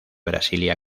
brasilia